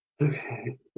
Okay